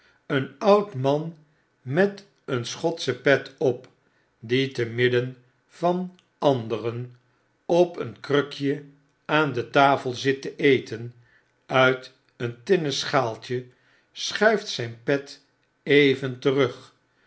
een oud man met een schotsche pet op die te midden van anderen op een krukje aan de tafel zit te eten uit een tinnen schaaltje schuift zijn pet even terug